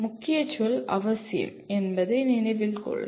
முக்கிய சொல் "அவசியம்" என்பதை நினைவில் கொள்க